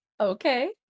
Okay